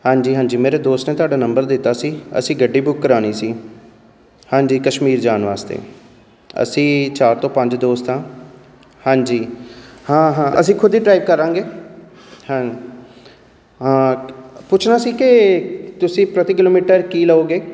ਹਾਂਜੀ ਹਾਂਜੀ ਮੇਰੇ ਦੋਸਤ ਨੇ ਤੁਹਾਡਾ ਨੰਬਰ ਦਿੱਤਾ ਸੀ ਅਸੀਂ ਗੱਡੀ ਬੁੱਕ ਕਰਾਉਣੀ ਸੀ ਹਾਂਜੀ ਕਸ਼ਮੀਰ ਜਾਣ ਵਾਸਤੇ ਅਸੀਂ ਚਾਰ ਤੋਂ ਪੰਜ ਦੋਸਤ ਹਾਂ ਹਾਂਜੀ ਹਾਂ ਹਾਂ ਅਸੀਂ ਖੁਦ ਹੀ ਡਰਾਈਵ ਕਰਾਂਗੇ ਹਾਂ ਹਾਂ ਪੁੱਛਣਾ ਸੀ ਕਿ ਤੁਸੀਂ ਪ੍ਰਤੀ ਕਿਲੋਮੀਟਰ ਕੀ ਲਓਗੇ